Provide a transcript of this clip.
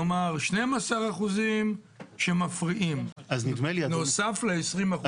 כלומר 12% שמפריעים נוסף ל-20%.